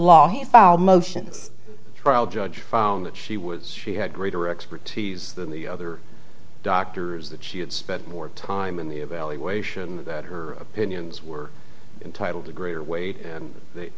law he found motions trial judge found that she was she had greater expertise than the other doctors that she had spent more time in the evaluation that her opinions were entitled to agree or wait and